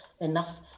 enough